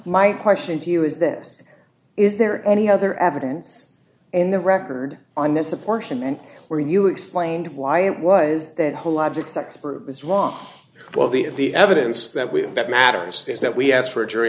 my question to you is this is there any other evidence in the record on this apportionment where you explained why it was that whole logic expert was wrong while the of the evidence that we have that matters is that we asked for a jury